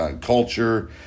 culture